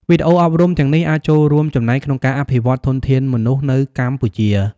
វីដេអូអប់រំទាំងនេះអាចចូលរួមចំណែកក្នុងការអភិវឌ្ឍធនធានមនុស្សនៅកម្ពុជា។